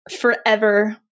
forever